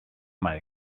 might